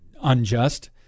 unjust